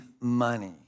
money